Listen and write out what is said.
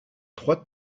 trois